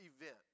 event